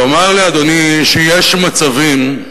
לומר לאדוני שיש מצבים,